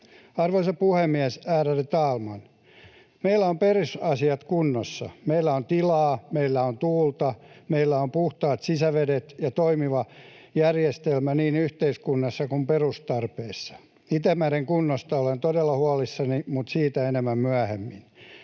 Arvoisa puhemies, ärade talman! Meillä on perusasiat kunnossa. Meillä on tilaa, meillä on tuulta, meillä on puhtaat sisävedet ja toimiva järjestelmä niin yhteiskunnassa kuin perustarpeissakin. Itämeren kunnosta olen todella huolissani, mutta siitä enemmän myöhemmin.